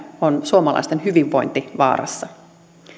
on suomalaisten hyvinvointi vaarassa